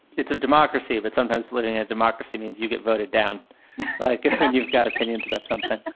it's a democracy but sometimes letting a democracy means you get voted down like if you've got opinions about something.